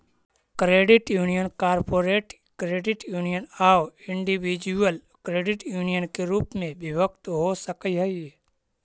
credit union corporate credit union आउ individual credit union के रूप में विभक्त हो सकऽ हइ